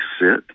sit